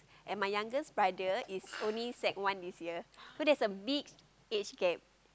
and my youngest brother is only sec one this year so there's a big age gap